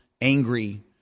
angry